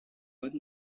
one